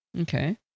Okay